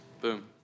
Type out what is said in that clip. boom